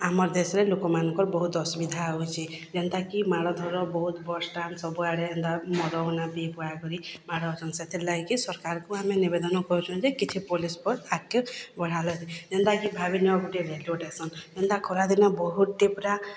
ଆମର୍ ଦେଶ୍ରେ ଲୋକମାନ୍କର୍ ବହୁତ୍ ଅସୁବିଧା ହଉଛେ ଯେନ୍ତା କି ମାଡ଼ ଧର ବହୁତ ବସ୍ ଷ୍ଟାଣ୍ଡ୍ ସବୁଆଡ଼େ ହେନ୍ତା ମଦମାନେ ପିଇ ପୁଆ କରି ମାଡ଼ ହଉଛନ୍ ସେଥିର୍ ଲାଗିକି ସର୍କାର୍କୁ ଆମେ ନିବେଦନ କରୁଚୁଁ ଯେ କିଛି ପୁଲିସ୍ ଫୋର୍ସ୍ ପାଖେ ବଢ଼ାବାର୍ ଲାଗି ଯେନ୍ତାକି ଭାବି ନିଅ ଗୁଟେ ରେଲ୍ୱେ ଷ୍ଟେସନ୍ ଏନ୍ତା ଖରାଦିନେ ବହୁତ୍ଟେ ପୁରା